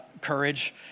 courage